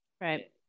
right